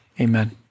Amen